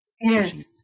yes